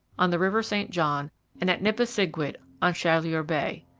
on the river st john and at nipisiguit on chaleur bay.